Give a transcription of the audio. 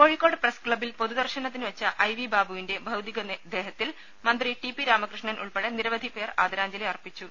കോഴിക്കോട് പ്രസ്ക്ലബ്ബിൽ പൊതുദർശനത്തിന് വെച്ച ഐ വി ബാബുവിന്റെ ഭൌതികദേഹത്തിൽ മന്ത്രി ടി പി രാമകൃഷ്ണൻ ഉൾപ്പെടെ നിരവധിപേർ ആദരാഞ്ജലി അർപ്പിച്ചു